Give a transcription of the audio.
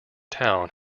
town